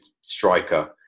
striker